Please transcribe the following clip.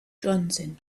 johnson